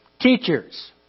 teachers